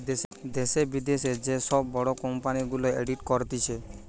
দ্যাশে, বিদ্যাশে যে সব বড় কোম্পানি গুলা অডিট করতিছে